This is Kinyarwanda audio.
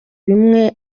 bimwe